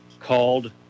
called